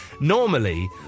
Normally